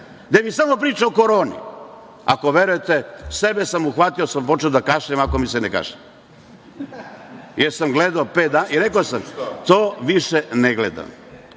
gde samo priča o koroni, ako verujete, sebe sam uhvatio da sam počeo da kašljem iako mi se ne kašlje, jer sam gledao pet dana. Rekao sam - to više ne gledam.